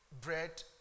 bread